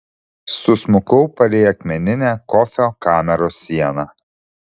susmukau palei akmeninę kofio kameros sieną